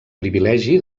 privilegi